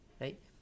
right